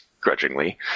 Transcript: grudgingly